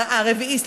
הרביעי,